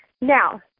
Now